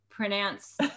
pronounce